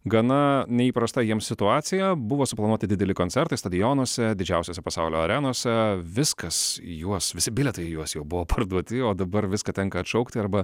gana neįprasta jiems situacija buvo suplanuoti dideli koncertai stadionuose didžiausiose pasaulio arenose viskas į juos visi bilietai į juos jau buvo parduoti o dabar viską tenka atšaukti arba